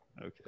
Okay